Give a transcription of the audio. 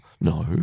No